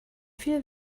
viel